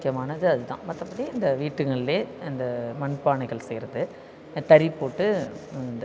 முக்கியமானது அது தான் மற்றப்படி அந்த வீட்டுங்கள்லயே அந்த மண்பானைகள் செய்கிறது தறி போட்டு அந்த